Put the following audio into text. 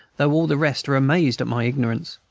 though all the rest are amazed at my ignorance.